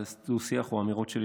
דו-שיח או אמירות שלי